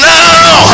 now